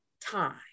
time